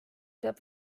peab